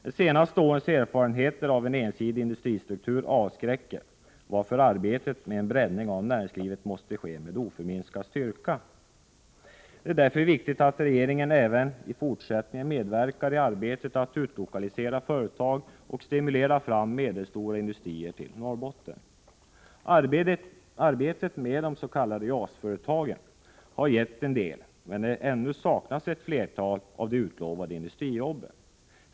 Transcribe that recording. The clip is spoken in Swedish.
De senaste årens erfarenheter av en ensidig industristruktur avskräcker, varför arbetet med en breddning av näringslivet måste ske med oförminskad styrka. Därför är det viktigt att regeringen även fortsättningsvis medverkar i arbetet att utlokalisera företag och stimulera fram medelstora industrier till Norrbotten. Arbetet med de s.k. JAS-företagen har gett en del, men ännu saknas ett flertal av de utlovade industrijobben.